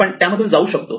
आपण त्या मधून जाऊ शकतो